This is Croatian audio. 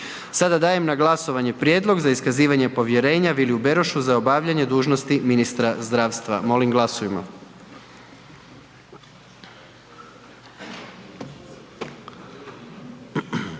Sada dajem na glasovanje Prijedlog za iskazivanje povjerenja Viliju Berošu za obavljanje dužnosti ministra zdravstva. Molim glasujmo